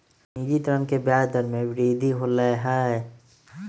निजी ऋण के ब्याज दर में वृद्धि होलय है